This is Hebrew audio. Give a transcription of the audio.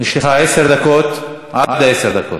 יש לך עד עשר דקות.